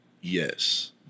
Yes